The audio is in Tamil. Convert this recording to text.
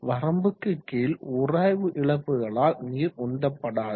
வரம்புக்கு கீழ் உராய்வு இழப்புகளால் நீர் உந்தப்படாது